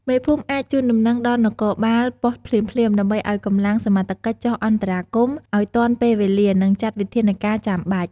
មេភូមិអាច ជូនដំណឹងដល់នគរបាលប៉ុស្តិ៍ភ្លាមៗ ដើម្បីឱ្យកម្លាំងសមត្ថកិច្ចចុះអន្តរាគមន៍ឲ្យទាន់ពេលវេលា និងចាត់វិធានការចាំបាច់។